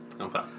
Okay